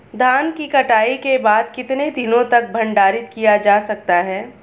धान की कटाई के बाद कितने दिनों तक भंडारित किया जा सकता है?